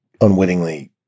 unwittingly